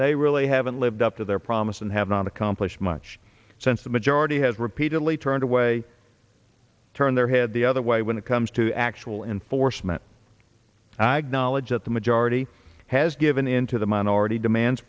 they really haven't lived up to their promise and have not accomplished much since the majority has repeatedly turned away turn their head the other way when it comes to actual enforcement agnostics that the majority has given in to the minority demands